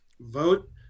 Vote